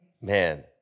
Man